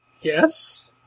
Yes